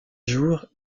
jour